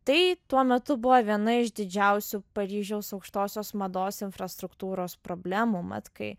tai tuo metu buvo viena iš didžiausių paryžiaus aukštosios mados infrastruktūros problemų mat kai